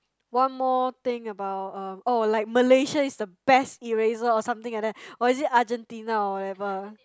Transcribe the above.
one more thing about um oh like Malaysia is the best eraser or something like that or is it Argentina or whatever